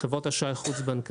חברות אשראי חוץ-בנקאיות,